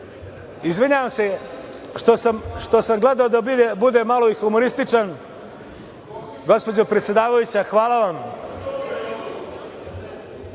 ništa. Izvinjavam se što sam gledao da budem malo i humorističan. Gospođo predsedavajuća, hvala vam.